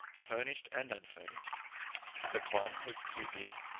furnished and unfurnished but one was too big,